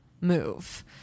move